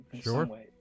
Sure